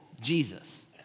Jesus